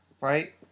right